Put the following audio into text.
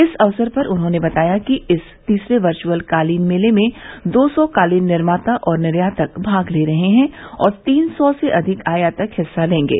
इस अवसर पर उन्होंने बताया कि इस तीसरे वर्चुअल कालीन मेले में दो सौ कालीन निर्माता और निर्यातक भाग ले रहे हैं और तीन सौ से अधिक आयातक हिस्सा लेंगे